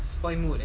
spoil mood